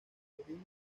abril